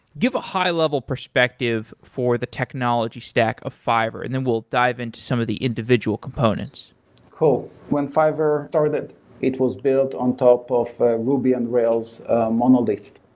give a high level perspective for the technology stack of fiverr, and then we'll dive in to some of the individual components cool. when fiverr started, it was built on top of ruby on rails monolith.